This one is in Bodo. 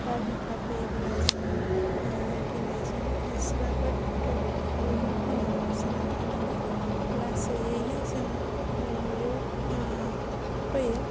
बारहुंखा फैयोबोला जोङो गिनायजों एसेबाबो बबेबा ख'नायाव हाबसोना थानानै लासैयैनो जोङो फैयो